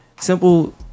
simple